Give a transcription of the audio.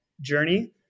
journey